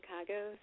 Chicago